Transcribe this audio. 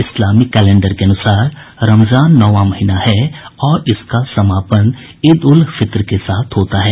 Islamic calendar के अनुसार रमजान नौवां महीना है और इसका समापन इद उल फित्र के साथ होता है